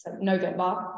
November